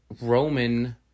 roman